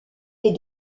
est